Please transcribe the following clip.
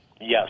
Yes